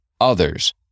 others